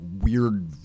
weird